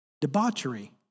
debauchery